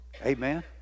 amen